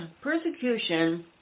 persecution